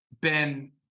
Ben